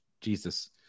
Jesus